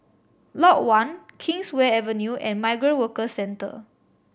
Lot One Kingswear Avenue and Migrant Workers Centre